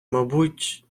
мабуть